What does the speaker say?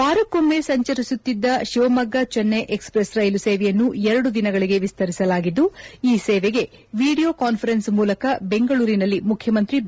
ವಾರಕ್ಕೊಮ್ಮೆ ಸಂಚರಿಸುತ್ತಿದ್ದ Shivamogga Chennai express rail ಸೇವೆಯನ್ನು ಎರಡು ದಿನಗಳಿಗೆ ವಿಸ್ತರಿಸಲಾಗಿದ್ದು ಈ ಸೇವೆಗೆ ವಿಡಿಯೋ ಕಾನ್ವರೆನ್ಸ್ ಮೂಲಕ ಬೆಂಗಳೂರಿನಲ್ಲಿ ಮುಖ್ಯಮಂತ್ರಿ ಬಿ